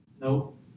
Nope